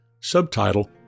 Subtitle